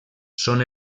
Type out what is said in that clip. són